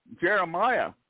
Jeremiah